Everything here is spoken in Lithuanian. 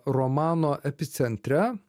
romano epicentre